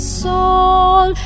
soul